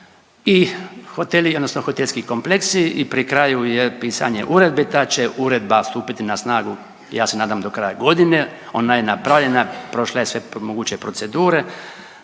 i hoteli odnosno hotelski kompleksi i pri kraju je pisanje uredbe. Ta će uredba stupiti na snagu ja se nadam do kraja godine, ona je napravljena, prošla je sve moguće procedure,